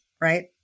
right